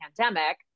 pandemic